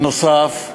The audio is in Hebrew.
נוסף על